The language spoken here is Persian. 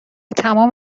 تمام